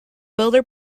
builder